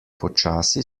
počasi